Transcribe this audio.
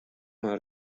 mar